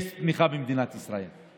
תהיה צמיחה במדינת ישראל,